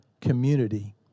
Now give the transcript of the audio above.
community